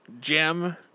Jim